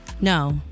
No